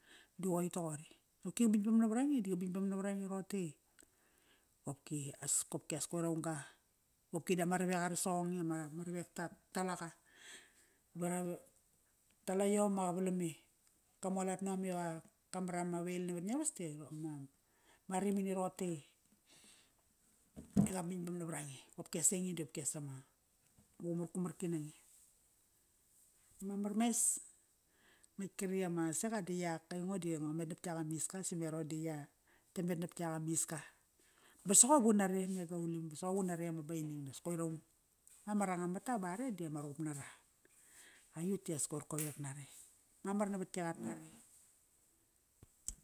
Di qoi toqori. Qopki qa bingbam navarange da qa bingbam navarange roqote i, qopki as, qopki as koir aung qa, qopki dama ravek ara soqong i ama ravek ta, ta laqa. Ba rata iom ma qavalam i qamualat nom i qamarama veil navat ngiavas di ma, ma rarimini roqote i qa bingbam navarange. Qopkias ainge di qopkias ama, qumar kumarki nange. Mamar mes, ngatk kri ama seqa di iak. Aingo di ngo met nap iak amiska, same Rodi ya ia met nap iak amiska. Ba soqor un nare me Gaulim, soqor un nare ama Baining das koir aung. Ama rangam mata ba are di ama ruqup nara. Aiyut dias koir kovek nare. Mamar navat gi qat nari.